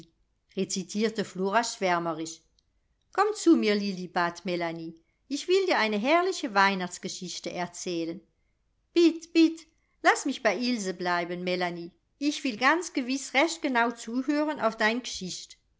recitierte flora schwärmerisch komm zu mir lilli bat melanie ich will dir eine herrliche weihnachtsgeschichte erzählen bitt bitt laß mich bei ilse bleiben melanie ich will ganz gewiß recht genau zuhören auf dein g'schicht